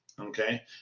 Okay